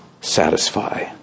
satisfy